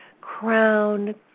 crown